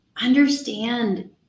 understand